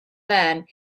man